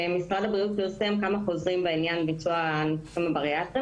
משרד הבריאות פרסם כמה חוזרים בעניין ביצוע הניתוחים הבריאטריים